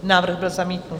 Návrh byl zamítnut.